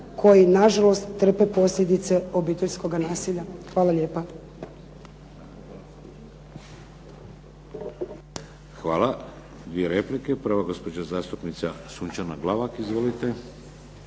koji nažalost trpe posljedice obiteljskoga nasilja. Hvala lijepo.